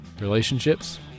relationships